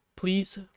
Please